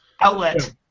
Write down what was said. outlet